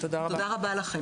תודה רבה לכם.